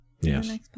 yes